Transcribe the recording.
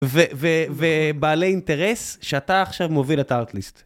ובעלי אינטרס שאתה עכשיו מוביל את הארטליסט.